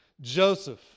Joseph